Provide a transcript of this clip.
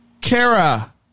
Kara